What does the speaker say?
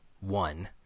one